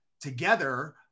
together